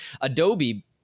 Adobe